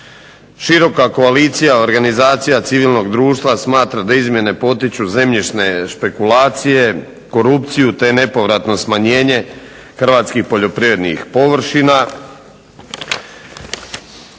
Široka koalicija organizacija civilnog društva smatra da izmjene potiču zemljišne špekulacije, korupciju te nepovratno smanjenje hrvatskih poljoprivrednih površina,